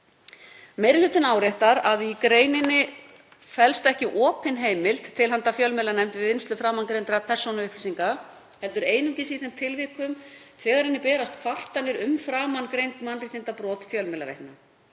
Meiri hlutinn áréttar að í greininni felst ekki opin heimild til handa fjölmiðlanefnd til vinnslu framangreindra persónuupplýsinga heldur einungis í þeim tilvikum þegar henni berast kvartanir um framangreind mannréttindabrot fjölmiðlaveitna.